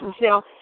Now